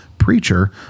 preacher